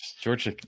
George